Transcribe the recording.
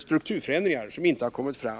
strukturförändringar som inte har kommit fram.